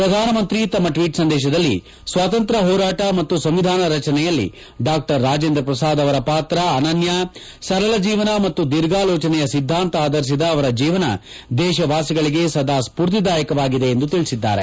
ಪ್ರಧಾನಮಂತ್ರಿ ತಮ್ಮ ಟ್ವೀಟ್ ಸಂದೇತದಲ್ಲಿ ಸ್ವಾತಂತ್ರ್ಯ ಹೋರಾಟ ಮತ್ತು ಸಂವಿಧಾನ ರಚನೆಯಲ್ಲಿ ಡಾ ರಾಜೇಂದ್ರ ಪ್ರಸಾದ್ ಅವರ ಪಾತ್ರ ಅನ್ನನ್ನ ಸರಳ ಜೀವನ ಮತ್ತು ದೀರ್ಘಾಲೋಚನೆಯ ಸಿದ್ದಾಂತ ಆಧರಿಸಿದ ಅವರ ಜೀವನ ದೇಶವಾಸಿಗಳಿಗೆ ಸ್ಪೂರ್ತಿದಾಯಕವಾಗಿದೆ ಎಂದು ತಿಳಿಸಿದ್ದಾರೆ